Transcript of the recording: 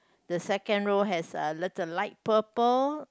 the second row has err little light purple